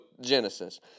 Genesis